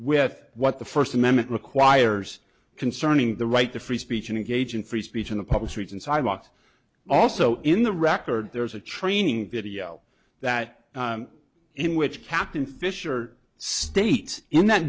with what the first amendment requires concerning the right to free speech and engage in free speech in the public streets and sidewalks also in the record there's a training video that in which captain fisher states in that